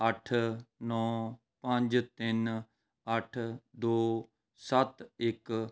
ਅੱਠ ਨੌ ਪੰਜ ਤਿੰਨ ਅੱਠ ਦੋ ਸੱਤ ਇੱਕ